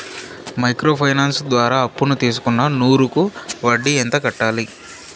Micro finance ద్వారా అప్పును తీసుకున్న నూరు కి వడ్డీ ఎంత కట్టాలి?